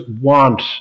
want